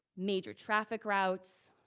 major traffic routes,